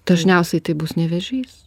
dažniausiai tai bus ne vėžys